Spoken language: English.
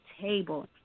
table